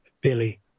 Billy